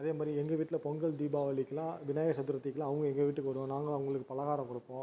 அதேமாதிரி எங்கள் வீட்டில் பொங்கல் தீபாவளிக்கிலாம் விநாயகர் சதுர்த்திக்கெலாம் அவங்க எங்கள் வீட்டுக்கு வருவாங்க நாங்களும் அவங்களுக்கு பலகாரம் கொடுப்போம்